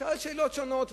הוא שאל שאלות שונות,